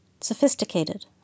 sophisticated